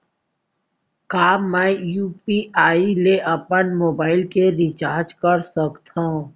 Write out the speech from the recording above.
का मैं यू.पी.आई ले अपन मोबाइल के रिचार्ज कर सकथव?